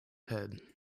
head